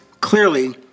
clearly